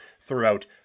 throughout